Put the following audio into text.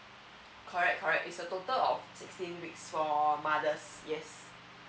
correct correct it's a total of sixteen weeks for mothers yes